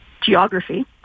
geography